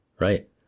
right